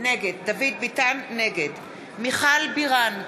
נגד מיכל בירן,